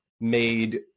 made